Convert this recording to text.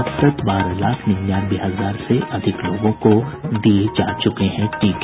अब तक बारह लाख निन्यानवे हजार से अधिक लोगों को दिये जा च्रके हैं टीके